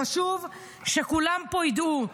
חשוב שכולם פה ידעו,